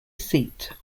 seat